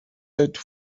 website